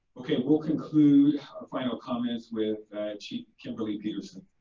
okay, we'll conclude final comments with chief kimberly peterson.